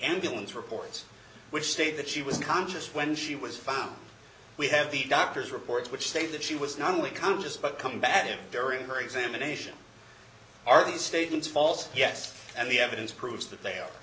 ambulance reports which state that she was conscious when she was found we have the doctor's report which stated that she was not only conscious but combative during her examination are the statements false yes and the evidence proves that they are